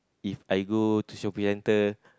If I go to shopping centre